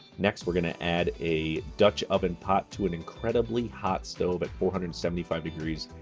next, we're gonna add a dutch oven pot to an incredibly hot stove at four hundred and seventy five degrees.